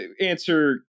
answer